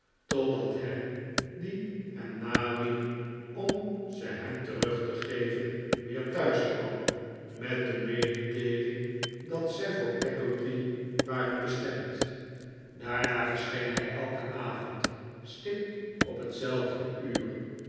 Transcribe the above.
totdat ham die hem naliep om ze hem terug te geven weer thuis kwam met de mededeeling dat zij voor peggotty waren bestemd daarha verscheen hij elken avond stipt op hetzelfde uur